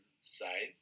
side